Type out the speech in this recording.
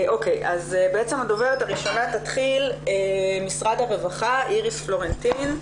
בעצם הדוברת הראשונה תתחיל, איריס פלורנטין,